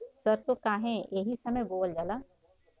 सरसो काहे एही समय बोवल जाला?